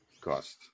cost